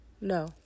No